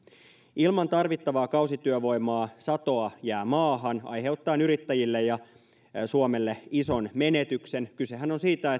ilman tarvittavaa kausityövoimaa satoa jää maahan aiheuttaen yrittäjille ja suomelle ison menetyksen kysehän on siitä